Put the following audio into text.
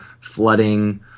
flooding